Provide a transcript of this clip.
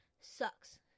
sucks